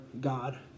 God